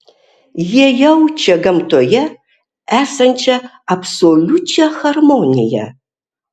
jie jaučia gamtoje esančią absoliučią harmoniją